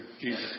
Jesus